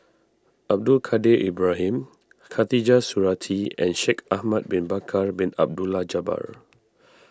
Abdul Kadir Ibrahim Khatijah Surattee and Shaikh Ahmad Bin Bakar Bin Abdullah Jabbar